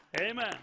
Amen